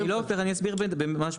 אני לא הופך, אני אסביר ממש במילה.